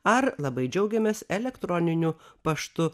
ar labai džiaugiamės elektroniniu paštu